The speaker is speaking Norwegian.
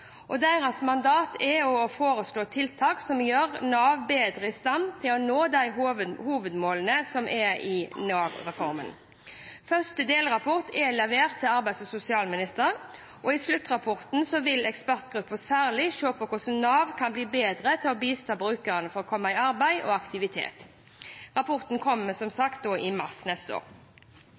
bedre i stand til å nå de hovedmålene som er i Nav-reformen. Første delrapport er levert til arbeids- og sosialministeren. I sluttrapporten vil ekspertgruppen særlig se på hvordan Nav kan bli bedre til å bistå brukerne med å komme i arbeid og aktivitet. Rapporten kommer som sagt i mars neste år.